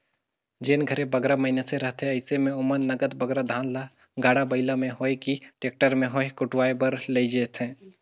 जेन घरे बगरा मइनसे रहथें अइसे में ओमन नगद बगरा धान ल गाड़ा बइला में होए कि टेक्टर में होए कुटवाए बर लेइजथें